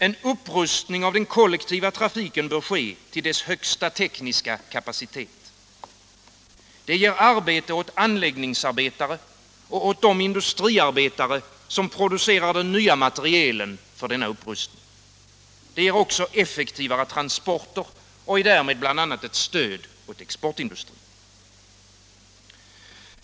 En upprustning av den kollektiva trafiken bör ske till dess högsta tekniska kapacitet. Det ger arbete åt anläggningsarbetare och åt de industriarbetare som producerar den nya materielen för denna upprustning. Det ger också effektivare transporter och är därmed bl.a. ett stöd åt exportindustrin.